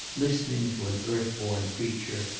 listening to an earth-born preacher,